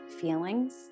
feelings